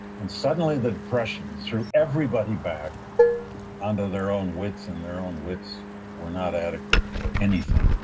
and suddenly the depression threw everybody back under their own wits, and their own wits were not adequate for anything.